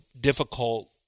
difficult